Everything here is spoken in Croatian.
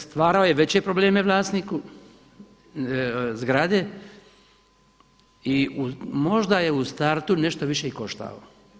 Stvarao je veće probleme vlasniku zgrade i možda je u startu nešto više i koštao.